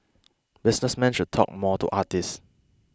businessmen should talk more to artists